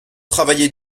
travaillé